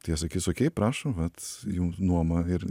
tai jie sakys okei prašom vat jum nuoma ir